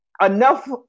enough